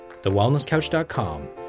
TheWellnessCouch.com